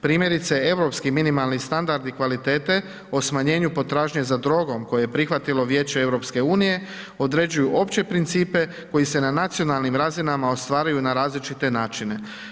Primjerice europski minimalni standardi i kvalitete o smanjenju potražnje za drogom, koje je prihvatilo Vijeće EU, određuje opće principe, koji se na nacionalnim razinama ostvaraju na različite načine.